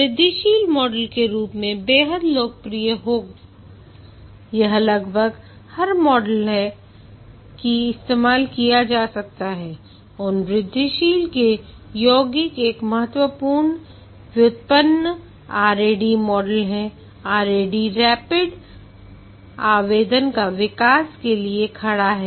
वृद्धिशील मॉडल के रूप में बेहद लोकप्रिय हो यह लगभग हर मॉडल है कि इस्तेमाल किया जा रहा है उन वृद्धिशील मॉडल के योगिक एक महत्वपूर्ण व्युत्पन्न RAD मॉडल है RAD रैपिड आवेदन का विकास के लिए खड़ा है